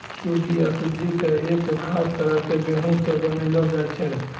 सूजी या सुज्जी कॅ एक खास तरह के गेहूँ स बनैलो जाय छै